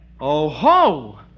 Oh-ho